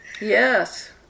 Yes